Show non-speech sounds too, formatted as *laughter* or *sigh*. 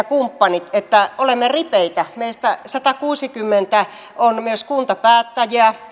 *unintelligible* kumppanit että olemme ripeitä meistä kahdestasadasta kansanedustajasta satakuusikymmentä on myös kuntapäättäjiä